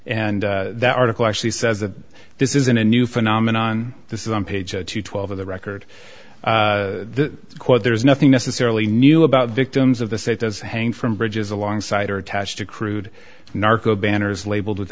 and that article actually says that this isn't a new phenomenon this is on page twelve of the record the quote there is nothing necessarily new about victims of the state does hang from bridges alongside or attached to crude narco banners labeled with